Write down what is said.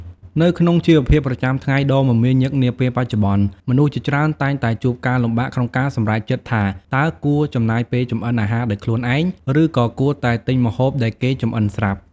នៅក្នុងជីវភាពប្រចាំថ្ងៃដ៏មមាញឹកនាពេលបច្ចុប្បន្ន មនុស្សជាច្រើនតែងតែជួបការលំបាកក្នុងការសម្រេចចិត្តថាតើគួរចំណាយពេលចម្អិនអាហារដោយខ្លួនឯង ឬក៏គួរតែទិញម្ហូបដែលគេចម្អិនស្រាប់។